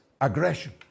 aggression